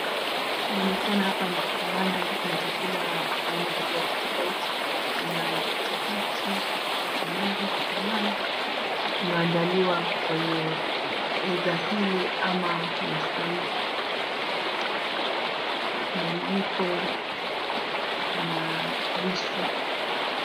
Kunaonekana apa kwa mandari kuna chakula aina tofautitofauti, kuna chapati kuna kachumbari pilau, vimeandaliwa kwenye meza hili ama kwenye shuka hii. Kuna vijiko, kuna visu.